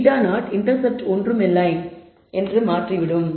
β0 intercept ஒன்றுமில்லை என மாறிவிடும்